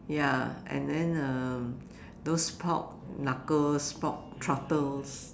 ya and then um those pork knuckles pork trotters